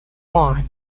find